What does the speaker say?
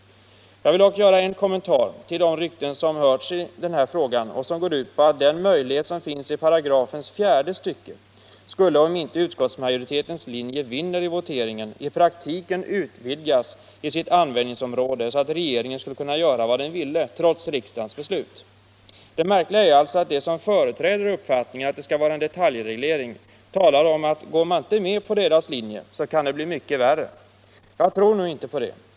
Jag vill dock göra en kommentar till de rykten som hörts i denna fråga och som går ut på att den möjlighet som finns enligt paragrafens fjärde stycke skulle, om inte utskottsmajoritetens linje vinner i voteringen, i praktiken utvidgas i sitt användningsområde, så att regeringen skulle kunna göra vad den ville trots riksdagens beslut. Det märkliga är alltså att de som företräder uppfattningen att det skall vara en detaljreglering säger att om man inte går med på deras linje, så kan det bli mycket värre. Jag tror nu inte på det.